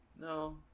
No